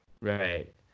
right